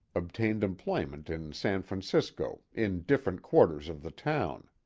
obtained employment in san francisco, in different quarters of the town.